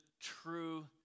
true